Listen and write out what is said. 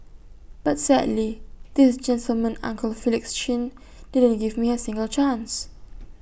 but sadly this gentleman uncle Felix chin didn't give me A single chance